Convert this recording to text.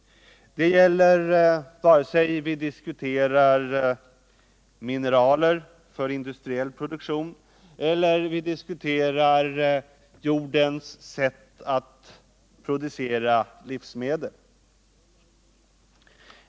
Detta gäller oavsett om vi diskuterar mineraler för industriell produktion eller om vi diskuterar jordens sätt att producera livsmedel.